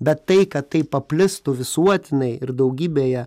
bet tai kad tai paplistų visuotinai ir daugybėje